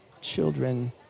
children